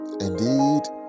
Indeed